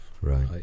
right